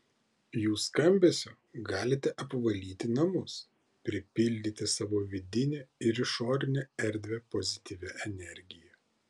jų skambesiu galite apvalyti namus pripildyti savo vidinę ir išorinę erdvę pozityvia energija